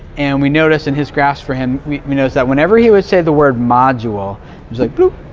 and we noticed in his graphs for him we we noticed that whenever he would say the word module it was like, bloop,